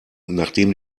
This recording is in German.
nachdem